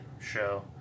show